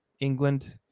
England